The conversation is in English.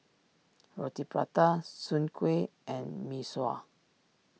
Roti Prata Soon Kueh and Mee Surah